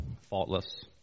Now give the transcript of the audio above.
faultless